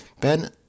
Ben